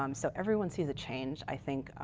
um so everyone sees a change, i think.